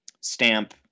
stamp